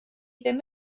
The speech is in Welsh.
ddim